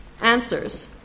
answers